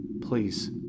Please